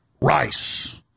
Rice